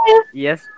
Yes